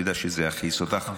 אני יודע שזה יכעיס אותך,